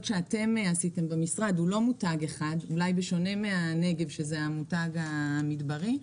שאתם עשיתם במשרד הוא לא מותג אחד אולי בשונה מהנגב שזה המותג המדברי.